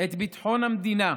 את ביטחון המדינה,